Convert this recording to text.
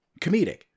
comedic